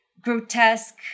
grotesque